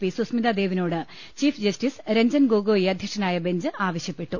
P Susmita ദേവ്നോട് chief justice Ranjan Gogoi അധ്യക്ഷനായ bench ആവശ്യപ്പെട്ടു